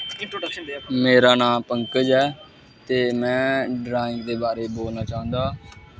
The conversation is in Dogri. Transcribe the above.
मेरा नांऽ पंकज ऐ ते में ड्राईंग दे बारे च बोलना चांह्दा